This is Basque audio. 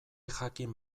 jakin